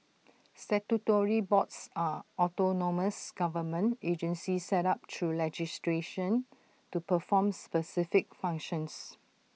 statutory boards are autonomous government agencies set up through legislation to perform specific functions